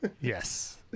Yes